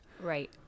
Right